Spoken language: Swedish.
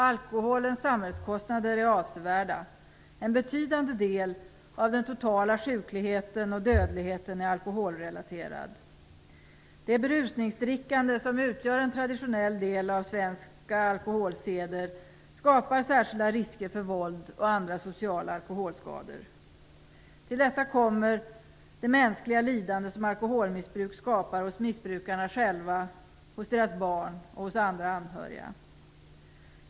Alkoholens samhällskostnader är avsevärda. En betydande del av den totala sjukligheten och dödligheten är alkoholrelaterad. Det berusningsdrickande som utgör en traditionell del av svenska alkoholseder skapar särskilda risker för våld och andra sociala alkoholskador. Till detta kommer det mänskliga lidande som alkoholmissbruk skapar hos missbrukarna själva, hos deras barn och hos andra anhöriga.